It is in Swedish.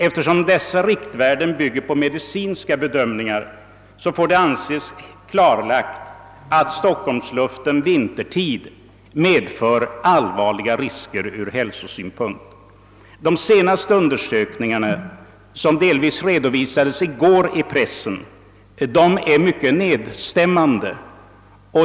Eftersom dessa riktvärden bygger på medicinska bedömningar, får det anses klarlagt, att stockholmsluften vintertid medför allvarliga risker ur hälsosynpunkt. De senaste undersökningarna, som delvis redovisades i pressen i går, är mycket nedstämmande.